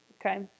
okay